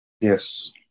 Yes